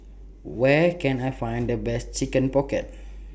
Where Can I Find The Best Chicken Pocket